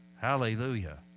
Hallelujah